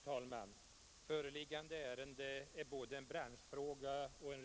Herr talman!